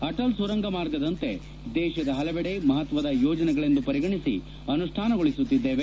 ಅಟಲ್ ಸುರಂಗ ಮಾರ್ಗದಂತೆ ದೇಶದ ಹಲವೆಡೆ ಮಹತ್ತದ ಯೋಜನೆಗಳೆಂದು ಪರಿಗಣಿಸಿ ಅನುಷ್ಣಾನಗೊಳಿಸುತ್ತಿದ್ದೇವೆ